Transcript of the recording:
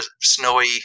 snowy